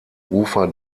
ufer